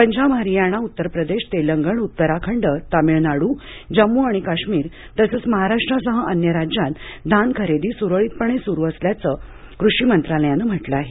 पंजाब हरियाणा उत्तर प्रदेश तेलंगण उत्तराखंड तामिळनाडू जम्मू आणि काश्मीर तसेच महाराष्ट्रासह अन्य राज्यात धान खरेदी सुरळीतपणे सुरू असल्याचे कृषी मंत्रालयाने म्हटले आहे